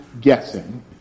guessing